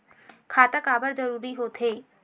खाता काबर जरूरी हो थे?